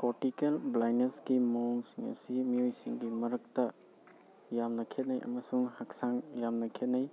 cortical ꯕ꯭ꯂꯥꯏꯟꯅꯦꯁꯀꯤ ꯃꯑꯣꯡꯁꯤꯡ ꯑꯁꯤ ꯃꯤꯑꯣꯏꯁꯤꯡꯒꯤ ꯃꯔꯛꯇ ꯌꯥꯝꯅ ꯈꯦꯅꯩ ꯑꯃꯁꯨꯡ ꯍꯛꯆꯥꯡ ꯌꯥꯝꯅ ꯈꯦꯅꯩ